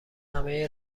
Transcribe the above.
همهی